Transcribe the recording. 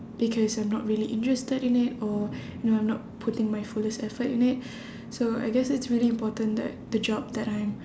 because I'm not really interested in it or you know I'm not putting my fullest effort in it so I guess it's really important that the job that I am